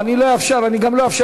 אני אשאל, לא, לא, לא, אני לא אאפשר.